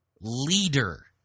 leader